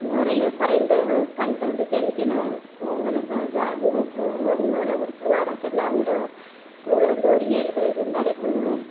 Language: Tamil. முறை குறைந்த பணத்தை வந்து சேமிக்கணும் ஒரு ஒரு குழுவாக அமைத்தோம்னா அந்த குழுவில் வந்து ஒரு ஏழு பேர் இருந்தால் போதும்